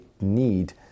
need